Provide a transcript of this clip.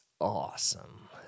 awesome